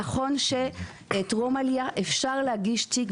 נכון שאפשר טרום עלייה להגיש תיק,